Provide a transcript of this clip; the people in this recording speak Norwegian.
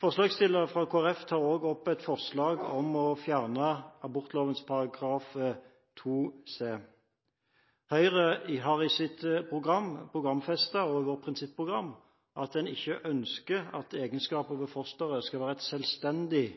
Forslagsstillerne fra Kristelig Folkeparti tar også opp et forslag om å fjerne abortloven § 2 c. Høyre har programfestet også i sitt prinsipprogram at en ikke ønsker at egenskaper ved fosteret skal være et selvstendig